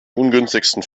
ungünstigsten